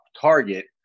target